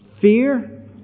Fear